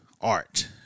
art